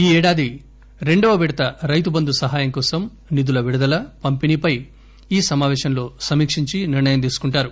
ఈ యేడాది రెండవ విడత రైతుబంధు సహాయం కోసం నిధుల విడుదల పంపిణీ పై ఈ సమావేశంలో సమీక్షించి నిర్ణయం తీసుకుంటారు